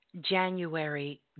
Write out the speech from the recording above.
January